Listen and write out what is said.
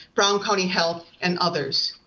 brown county health and others.